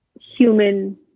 human